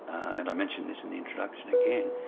and i mention this in the introduction again,